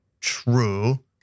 true